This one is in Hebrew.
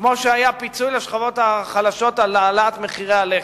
כמו שהיה פיצוי לשכבות החלשות על העלאת מחירי הלחם.